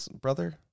brother